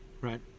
Right